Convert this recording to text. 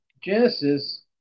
Genesis